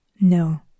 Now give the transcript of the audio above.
No